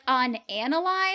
unanalyzed